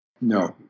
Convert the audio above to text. No